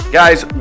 guys